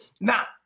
Now